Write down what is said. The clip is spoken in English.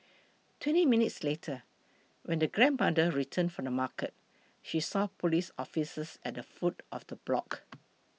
twenty minutes later when the grandmother returned from the market she saw police officers at the foot of the block